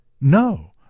no